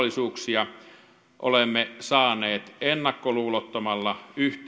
vuotisjuhlallisuuksia olemme saaneet ennakkoluulottomalla yhteistyöllä käänteen aikaan